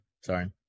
Sorry